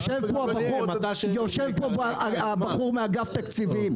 יושב פה הבחור מאגף תקציבים.